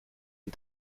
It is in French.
une